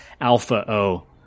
Alpha-O